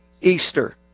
Easter